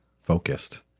focused